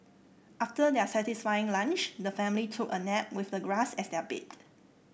after their satisfying lunch the family took a nap with the grass as their bed